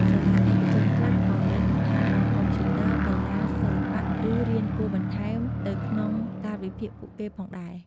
សាលាឯកជនខ្លះក៏មានបន្ថែមម៉ោងកុំព្យូទ័រ កីឡា សិល្បៈ ឬ រៀនគួរបន្ថែមទៅក្នុងកាលវិភាគពួកគេផងដែរ។